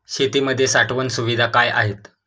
शेतीमध्ये साठवण सुविधा काय आहेत?